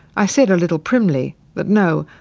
i said a little primly that, no,